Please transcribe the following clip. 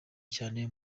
cyane